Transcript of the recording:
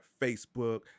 Facebook